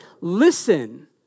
listen